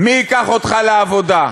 מי ייקח אותך לעבודה?